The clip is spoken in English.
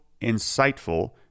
Insightful